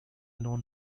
known